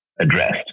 addressed